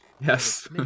Yes